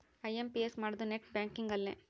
IMPS ಮಾಡೋದು net banking ಅಲ್ಲೆ